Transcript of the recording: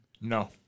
No